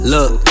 Look